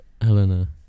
Helena